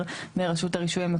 בסדר כולם מרושתים?